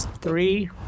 three